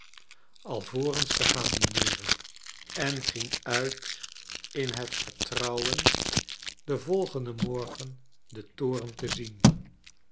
alvorens te gaan dineeren en ging uit in het vertrouwen den volgenden morgen den toren te zien